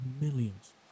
millions